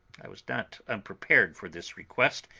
i was not unprepared for this request,